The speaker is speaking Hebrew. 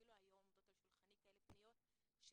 אפילו היום עומדות על שולחני כאלה פניות של